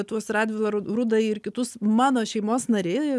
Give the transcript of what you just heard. tuos radvilą rudąjį ir kitus mano šeimos nariai